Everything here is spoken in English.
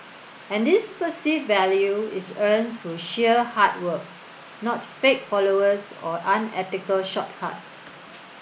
and this perceived value is earned through sheer hard work not fake followers or unethical shortcuts